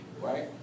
Right